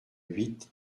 huit